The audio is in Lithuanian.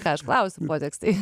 ką aš klausiu kodeksai